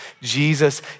Jesus